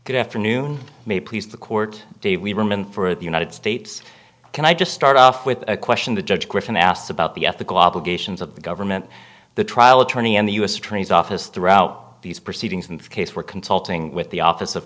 good afternoon me please the court day we were meant for the united states can i just start off with a question the judge griffin asked about the ethical obligations of the government the trial attorney and the u s attorney's office throughout these proceedings in this case we're consulting with the office of